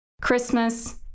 Christmas